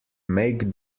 make